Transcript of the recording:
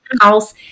house